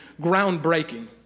groundbreaking